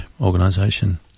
organization